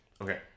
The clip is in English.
Okay